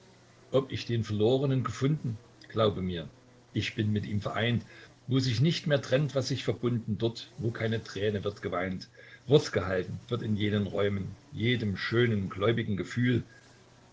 ob ich den verlorenen gefunden glaube mir ich bin mit ihm vereint wo sich nicht mehr trennt was sich verbunden dort wo keine träne wird geweint wort gehalten wird in jenen räumen jedem schönen gläubigen gefühl